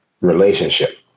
relationship